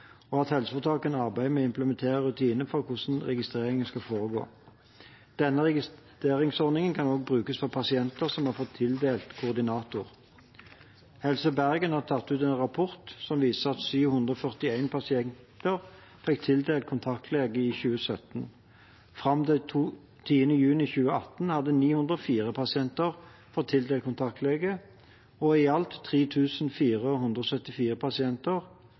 og at helseforetakene arbeider med å implementere rutinene for hvordan registreringen skal foregå. Denne registreringsordningen kan også brukes for pasienter som har fått tildelt koordinator. Helse Bergen har tatt ut en rapport som viser at 741 pasienter fikk tildelt kontaktlege i 2017. Fram til 10. juni 2018 hadde 904 pasienter fått tildelt kontaktlege, og i alt 3 474 pasienter